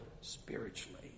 spiritually